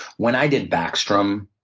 when i did backstrom,